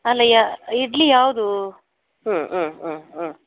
ಅಲ್ಲ ಯಾ ಇಡ್ಲಿ ಯಾವುದು ಹ್ಞೂ ಹ್ಞೂ ಹ್ಞೂ ಹ್ಞೂ